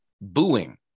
booing